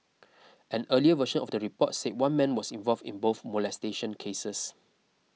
an earlier version of the report said one man was involved in both molestation cases